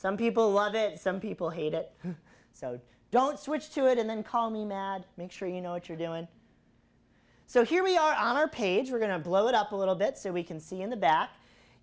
some people love it some people hate it so do don't switch to it and then call me mad make sure you know what you're doing so here we are on our page we're going to blow it up a little bit so we can see in the bat